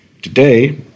Today